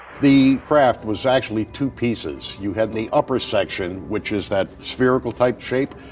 the craft was actually two pieces. you had the upper section, which is that spherical type shape,